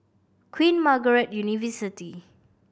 Queen Margaret University